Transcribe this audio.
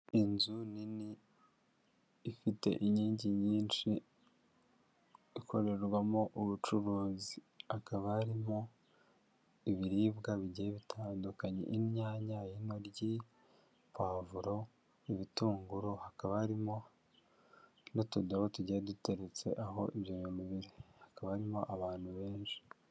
Inzu nini, ifite inkingi nyinshi, ikorerwamo ubucuruzi, hakaba harimo ibiribwa bigiye bitandukanya inyanya, intoryi, pavuro, ibitunguru hakaba harimo n'utudobo tugiye duteretse aho ibyo bintu biri, hakaba harimo abantu benshi.